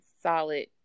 solid